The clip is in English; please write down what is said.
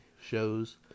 shows